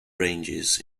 ranges